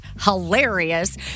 hilarious